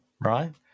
right